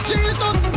Jesus